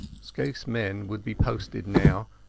scaifeas men would be posted now,